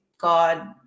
God